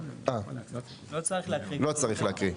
לא צריך להקריא.